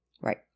Right